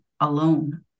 alone